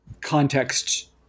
context